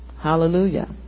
Hallelujah